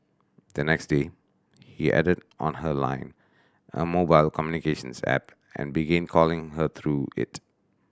the next day he added on her Line a mobile communications app and began calling her through it